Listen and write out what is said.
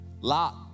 Lot